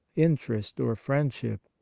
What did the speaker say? interest or friendship,